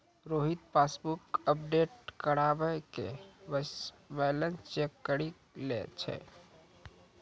Rohit passbook update करबाय के balance check करि लै छै